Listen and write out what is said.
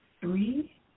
three